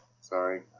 Sorry